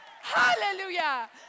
Hallelujah